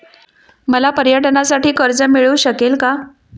मला पर्यटनासाठी कर्ज मिळू शकेल का?